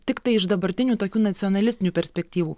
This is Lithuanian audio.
tiktai iš dabartinių tokių nacionalistinių perspektyvų